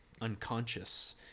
unconscious